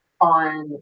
on